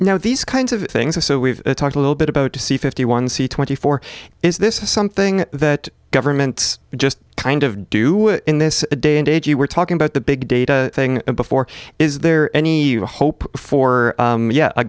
now these kinds of things are so we've talked a little bit about the fifty one z twenty four or is this something that government just kind of do in this day and age you were talking about the big data thing before is there any hope for